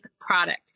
product